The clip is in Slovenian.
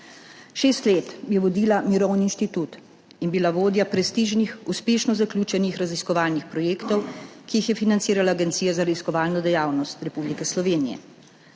Šest let je vodila Mirovni inštitut in bila vodja prestižnih, uspešno zaključenih raziskovalnih projektov, ki jih je financirala Agencija za raziskovalno dejavnost Republike Slovenije.